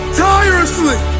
tirelessly